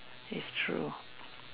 it's true